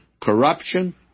corruption